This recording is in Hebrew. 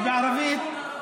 אבל בערבית,